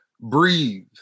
breathe